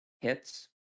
Hits